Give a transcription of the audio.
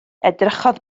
edrychodd